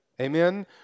Amen